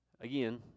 Again